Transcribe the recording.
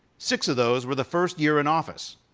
six of those were the first year in office.